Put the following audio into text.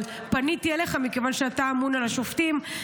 אבל פניתי אליך, מכיוון שאתה אמון על השופטים.